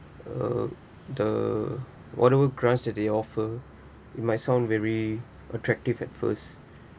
uh the whatever grant that they offer it might sound very attractive at first